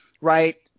right